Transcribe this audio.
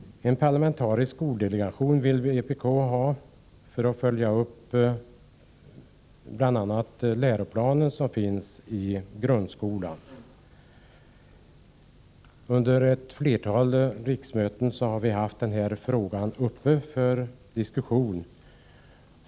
En parlamentarisk skoldelegation vill vpk ha för att bl.a. följa upp den nya läroplanen för grundskolan. Under ett flertal riksmöten har denna fråga varit uppe till diskussion.